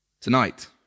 tonight